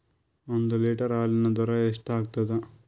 ಒಂದ್ ಲೀಟರ್ ಹಾಲಿನ ದರ ಎಷ್ಟ್ ಆಗತದ?